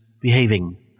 behaving